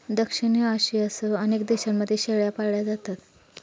दक्षिण आशियासह अनेक देशांमध्ये शेळ्या पाळल्या जातात